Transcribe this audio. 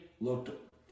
looked